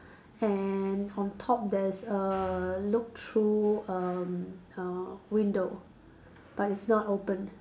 and on top there's a look through um uh window but it's not open